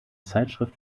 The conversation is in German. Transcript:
zeitschrift